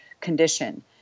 condition